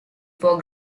for